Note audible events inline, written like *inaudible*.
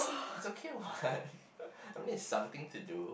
it's okay what *laughs* I mean it's something to do